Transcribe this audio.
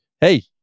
hey